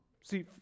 See